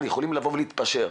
יכולים להתפשר.